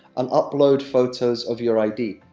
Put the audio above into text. and upload photos of your id.